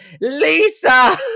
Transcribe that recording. Lisa